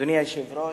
אדוני היושב-ראש,